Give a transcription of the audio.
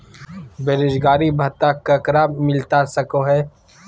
बेरोजगारी भत्ता ककरा मिलता सको है?